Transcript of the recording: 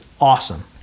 awesome